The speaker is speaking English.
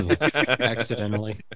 accidentally